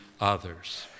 others